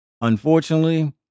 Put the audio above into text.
Unfortunately